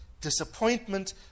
disappointment